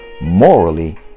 morally